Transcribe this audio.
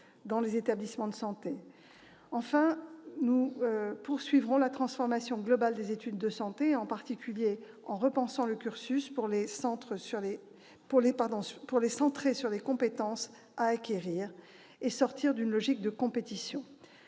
santé. Nous poursuivrons également la transformation globale des études de santé, en particulier en repensant les cursus pour les centrer sur les compétences à acquérir et sortir d'une logique de compétition.